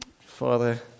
Father